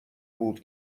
بود